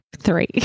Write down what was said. Three